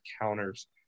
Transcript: counters